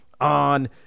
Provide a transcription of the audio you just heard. on